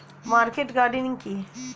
Market gardening কি?